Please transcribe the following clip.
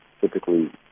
Typically